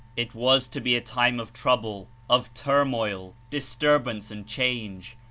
it was to be a time of trouble, of turmoil, distur bance and change,